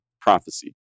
prophecy